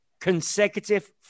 consecutive